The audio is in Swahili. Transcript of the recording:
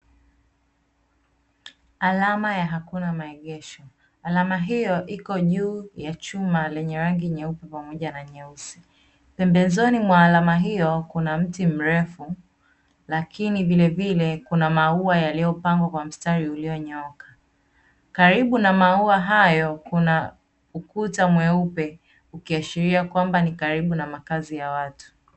Alama ya hakuna maegesho alama hii iko juu ya chuma lenye rangi nyeupe pamoja na nyeusi, pembezoni mwa alama hiyo kuna mti mrefu lakini kuna maua yaliyopandwa kwa mstari ulionyooka, karibu na maua hayo kuna ukuta mweupe ukiashiria kwamba ni karibu na mkazi ya watu.